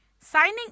signing